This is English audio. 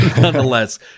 nonetheless